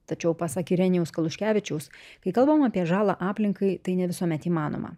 tačiau pasak irenijaus kaluškevičiaus kai kalbam apie žalą aplinkai tai ne visuomet įmanoma